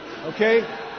Okay